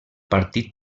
partit